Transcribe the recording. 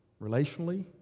relationally